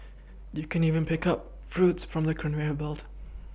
you can even pick up fruits from the conveyor belt